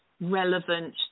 Relevant